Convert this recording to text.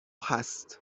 هست